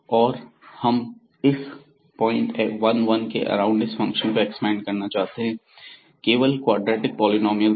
और हम इस पॉइंट 1 1 के अराउंड इस फंक्शन को एक्सपेंड करना चाहते हैं केवल क्वाड्रेटिक पॉलिनॉमियल तक